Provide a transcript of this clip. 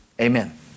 amen